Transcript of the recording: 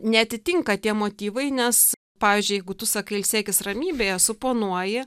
neatitinka tie motyvai nes pavyzdžiui jeigu tu sakai ilsėkis ramybėje suponuoja